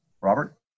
Robert